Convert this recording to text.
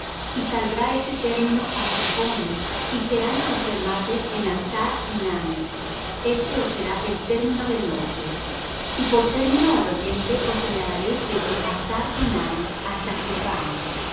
y saldrá este término á ziphón y serán sus remates en hasar enán este os será el término del norte y por término al oriente os señalaréis desde hasar enán hasta sepham